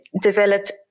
developed